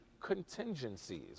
contingencies